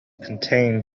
contain